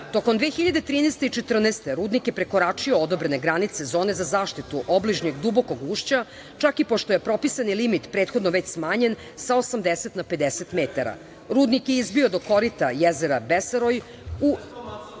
Tokom 2013. i 2014. godine rudnik je prekoračio odabrane granice zone za zaštitu obližnjeg dubokog ušća, čak i pošto je pripisani limit prethodno već smanjen sa 80 na 50 metara. Rudnik je izbio do korita jezera Besaroj